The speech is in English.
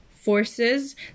forces